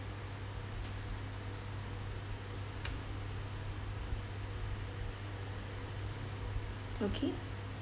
okay